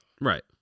Right